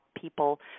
people